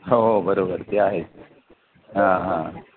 हो हो बरोबर ते आहेत हां हां